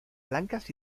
blancas